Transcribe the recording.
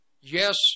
yes